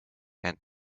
ent